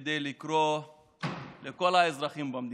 כדי לקרוא לכל האזרחים במדינה,